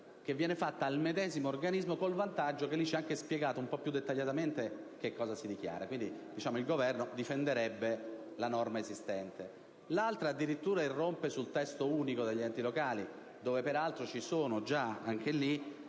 una dichiarazione al medesimo organismo, con il vantaggio che viene anche spiegato dettagliatamente cosa si deve dichiarare. Quindi, il Governo difenderebbe la norma esistente. L'altra addirittura irrompe sul testo unico degli enti locali, dove peraltro ci sono già delle